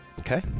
Okay